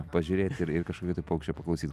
pažiūrėt ir ir kažkokio tai paukščio paklausyt